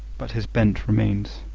but his bent remains.